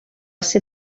ser